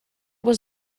was